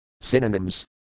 Synonyms